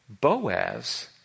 Boaz